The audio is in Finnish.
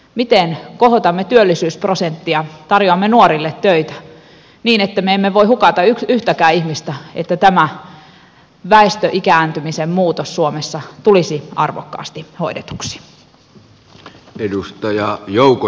miten kohotamme työllisyysprosenttia tarjoamme nuorille töitä me emme voi hukata yhtäkään ihmistä niin että tämä väestön ikääntymisen muutos suomessa tulisi arvokkaasti hoidetuksi